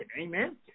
Amen